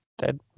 dead